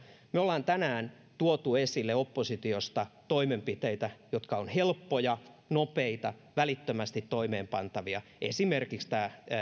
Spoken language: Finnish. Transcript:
me olemme tänään tuoneet esille oppositiosta toimenpiteitä jotka ovat helppoja nopeita ja välittömästi toimeenpantavia esimerkiksi tämä